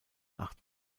acht